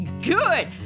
Good